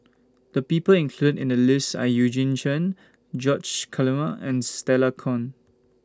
The People included in The list Are Eugene Chen George Collyer and Stella Kon